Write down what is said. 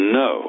no